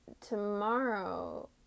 tomorrow